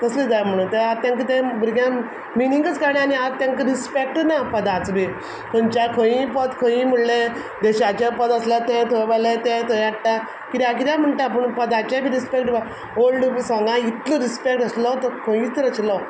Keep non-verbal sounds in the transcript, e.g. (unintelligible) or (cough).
तसलीं जाय म्हणून आतां तांकं तें भुरग्यांक मिनींगच कळना आनी आतां तेंकां रिस्पेक्टच ना पदांचो बीन खंयच्या खंयी पद खंयी म्हणलें देशाचें पद आसल्यार तें थंय म्हणलें तें थंय हाडटा कित्या कितें म्हणटा पूण पदांचें बी रिस्पेक्ट ऑल्ड सोंगां इतलो रिस्पेक्ट आसलो तो खंयच (unintelligible)